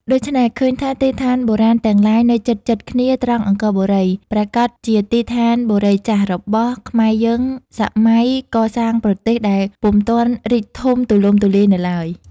ដូច្នេះ ឃើញថាទីស្ថានបុរាណទាំងឡាយនៅជិតៗ គ្នាត្រង់អង្គរបូរី ប្រាកដជាទីស្ថានបុរីចាស់ របស់ខ្មែរយើងសម័យកសាងប្រទេស ដែលពុំទាន់រីកធំទូលំទូលាយនៅឡើយ ។